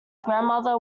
grandmothers